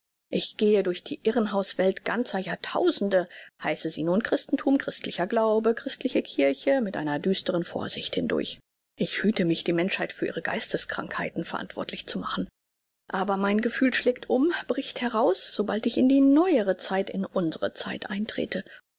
ich gehe durch die irrenhaus welt ganzer jahrtausende heiße sie nun christenthum christlicher glaube christliche kirche mit einer düsteren vorsicht hindurch ich hüte mich die menschheit für ihre geisteskrankheiten verantwortlich zu machen aber mein gefühl schlägt um bricht heraus sobald ich in die neuere zeit in unsre zeit eintrete